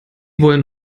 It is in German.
wollen